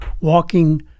walking